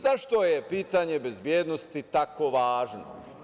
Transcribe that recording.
Zašto je pitanje bezbednosti tako važno?